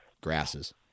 grasses